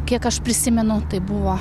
kiek aš prisimenu tai buvo